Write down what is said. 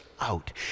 out